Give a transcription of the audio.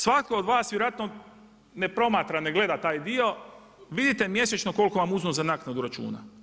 Svatko od vas vjerojatno ne promatra, ne gleda taj dio, vidite mjesečno koliko vam uzmu za naknadu računa.